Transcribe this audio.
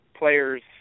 Players